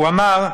הוא אמר: